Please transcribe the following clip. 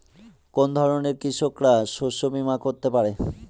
কোন ধরনের কৃষকরা শস্য বীমা করতে পারে?